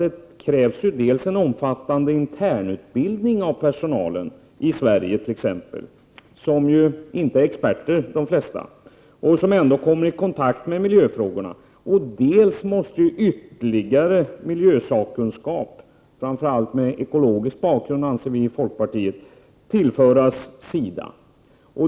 Det krävs dels, t.ex. i Sverige, en omfattande internutbildning av personalen, som till största delen inte består av experter men som kommer i kontakt med miljöfrågorna, dels enligt folkpartiets uppfattning, att ytterligare miljösakkunskap, framför allt med ekologisk bakgrund, tillförs SIDA.